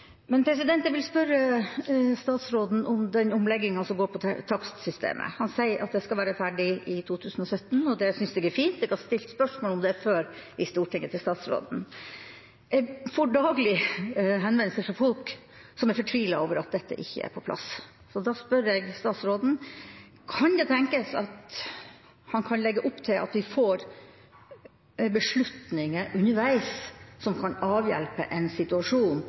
Men jeg vil spørre statsråden om den omleggingen som går på takstsystemet. Han sier at det skal være ferdig i 2017, og det synes jeg er fint. Jeg har stilt spørsmål om det til statsråden før i Stortinget. Jeg får daglig henvendelser fra folk som er fortvilet over at dette ikke er på plass. Da spør jeg statsråden: Kan det tenkes at han kan legge opp til at vi får beslutninger underveis som kan avhjelpe en situasjon